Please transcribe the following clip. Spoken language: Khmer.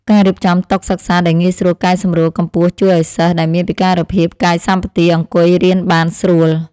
ការរៀបចំតុសិក្សាដែលងាយស្រួលកែសម្រួលកម្ពស់ជួយឱ្យសិស្សដែលមានពិការភាពកាយសម្បទាអង្គុយរៀនបានស្រួល។